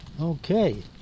okay